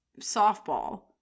softball